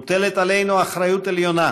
מוטלת עלינו אחריות עליונה,